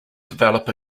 develop